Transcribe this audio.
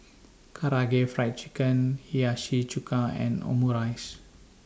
Karaage Fried Chicken Hiyashi Chuka and Omurice